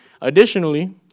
Additionally